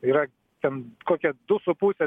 yra ten kokie du su puse